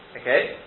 Okay